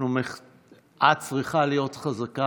את צריכה להיות חזקה.